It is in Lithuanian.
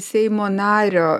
seimo nario